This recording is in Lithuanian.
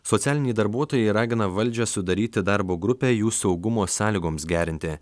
socialiniai darbuotojai ragina valdžią sudaryti darbo grupę jų saugumo sąlygoms gerinti